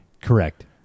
Correct